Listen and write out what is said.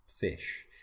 fish